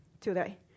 today